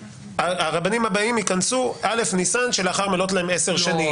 הרבנים הבאים ייכנסו א' ניסן שלאחר מלאת להם עשר שנים,